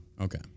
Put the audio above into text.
Okay